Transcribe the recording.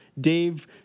Dave